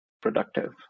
productive